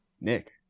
Nick